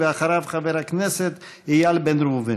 אחריו, חבר הכנסת איל בן ראובן.